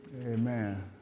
Amen